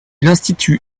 l’institut